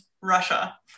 Russia